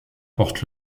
porte